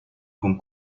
con